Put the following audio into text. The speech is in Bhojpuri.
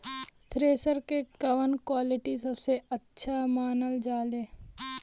थ्रेसर के कवन क्वालिटी सबसे अच्छा मानल जाले?